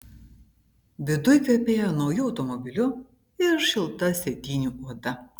viduj kvepėjo nauju automobiliu ir šilta sėdynių oda